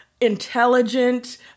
intelligent